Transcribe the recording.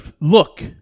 look